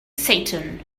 satan